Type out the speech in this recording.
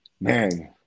Man